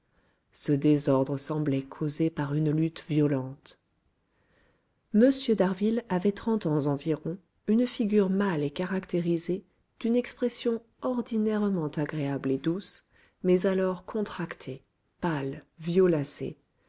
ce désordre semblait causé par une lutte violente m d'harville avait trente ans environ une figure mâle et caractérisée d'une expression ordinairement agréable et douce mais alors contractée pâle violacée